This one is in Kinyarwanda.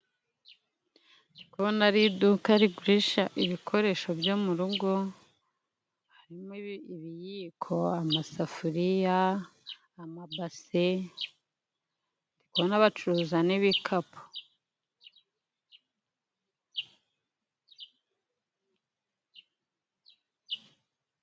Ndi kubona ari iduka rigurisha ibikoresho byo mu rugo, harimo ibiyiko, amasafuriya, amabase. Ndabona bacuruza n'ibikapu.